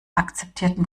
akzeptierten